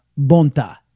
Bonta